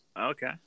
okay